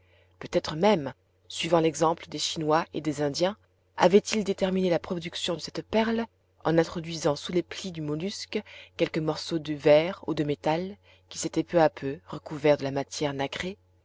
peut-être même suivant l'exemple des chinois et des indiens avait-il déterminé la production de cette perle en introduisant sous les plis du mollusque quelque morceau de verre et de métal qui s'était peu à peu recouvert de la matière nacrée